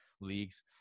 leagues